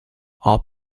all